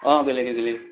অঁ গেলেকি গেলেকি